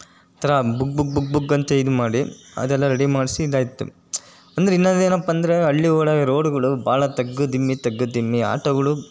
ಒಂಥರ ಬುಗ್ ಬುಗ್ ಬುಗ್ ಬುಗ್ ಅಂತ ಇದು ಮಾಡಿ ಅದೆಲ್ಲ ರಡಿ ಮಾಡಿಸಿದ್ದಾಯ್ತು ಅಂದ್ರೆ ಇನ್ನೊಂದು ಏನಪ್ಪ ಅಂದರೆ ಹಳ್ಳಿ ಒಳಗೆ ರೋಡುಗಳು ಭಾಳ ತಗ್ಗುದಿಮ್ಮಿ ತಗ್ಗುದಿಮ್ಮಿ ಆಟೋಗಳು